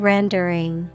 Rendering